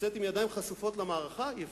לצאת עם ידיים חשופות למערכה, אי-אפשר,